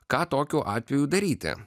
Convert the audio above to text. ką tokiu atveju daryti